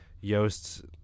Yost